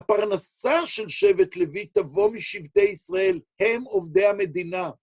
הפרנסה של שבט לוי תבוא משבטי ישראל, הם עובדי המדינה.